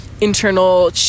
internal